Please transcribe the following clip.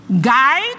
guide